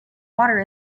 water